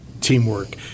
teamwork